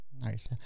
Nice